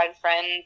friends